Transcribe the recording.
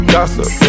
Gossip